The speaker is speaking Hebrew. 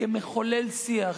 כמחולל שיח,